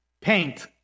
Paint